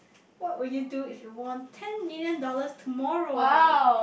what will you do if you won ten million dollars tomorrow